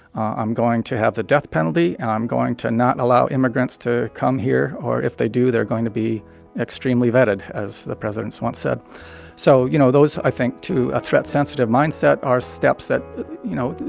i'm going to have the death penalty, and i'm going to not allow immigrants to come here. or if they do, they are going to be extremely vetted, as the president's once said so you know, those, i think, to a threat-sensitive mindset, are steps that you know,